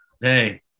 Hey